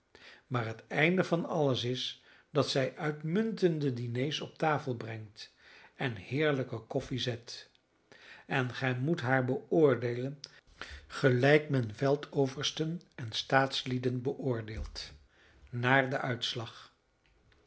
maar het einde van alles is dat zij uitmuntende diners op tafel brengt en heerlijke koffie zet en gij moet haar beoordeelen gelijk men veldoversten en staatslieden beoordeelt naar den uitslag